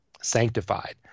sanctified